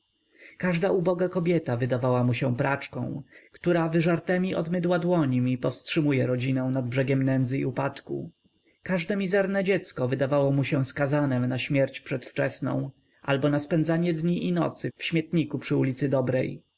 każda uboga kobieta wydawała mu się praczką która wyżartemi od mydła rękami powstrzymuje rodzinę nad brzegiem nędzy i upadku każde mizerne dziecko wydawało mu się skazanem na śmierć przedwczesną albo na spędzanie dni i nocy w śmietniku przy ulicy dobrej